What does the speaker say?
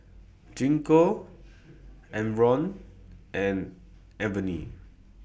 Gingko Enervon and Avene